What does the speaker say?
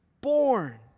born